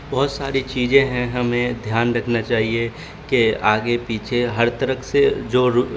بہت ساری چیزیں ہیں ہمیں دھیان رکھنا چاہیے کہ آگے پیچھے ہر طرک سے جو